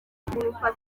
imodoka